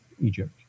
Egypt